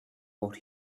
what